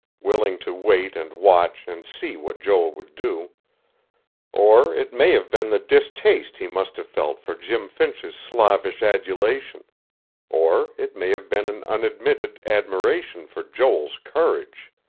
willing to wait and watch and see what joel would do or it may have been the distaste he must have felt for jim finch's slavish adulation or it may have been an unadmitted admiration for joel's courage.